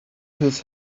his